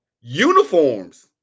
Uniforms